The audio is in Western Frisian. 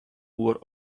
oer